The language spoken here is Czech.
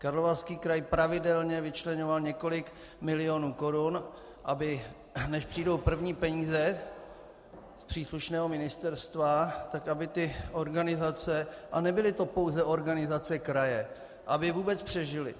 Karlovarský kraj pravidelně vyčleňoval několik milionů korun, než přijdou první peníze z příslušného ministerstva, aby ty organizace, a nebyly to pouze organizace kraje, vůbec přežily.